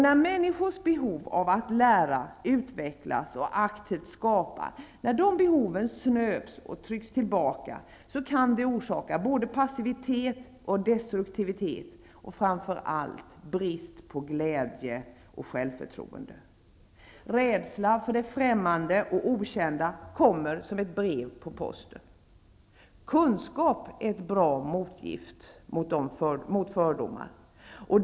När människors behov av att lära, utvecklas och aktivt skapa snöps och trycks tillbaka, kan det orsaka både passivitet och destruktivitet och framför allt brist på glädje och självförtroende. Rädsla för det främmande och okända kommer som ett brev på posten. Kunskap är ett bra motgift mot fördomar.